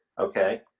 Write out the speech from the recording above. Okay